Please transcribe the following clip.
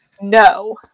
no